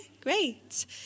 Great